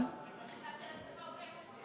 אבל במפה של, הוא כן מופיע.